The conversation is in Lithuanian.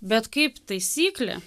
bet kaip taisyklė